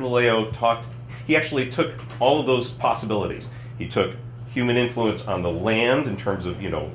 leo talked he actually took all those possibilities he took human influence on the land in terms of you know